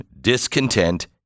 discontent